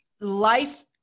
life